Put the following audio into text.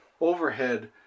overhead